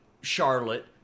Charlotte